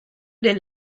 den